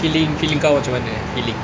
feeling feeling kau macam mana feeling